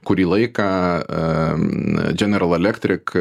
kurį laiką general electric